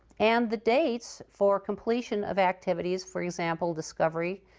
and the dates for completion of activities for example, discovery